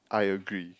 I agree